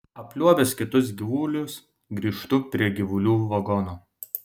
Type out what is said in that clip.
apliuobęs kitus gyvulius grįžtu prie gyvulių vagono